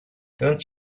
don’t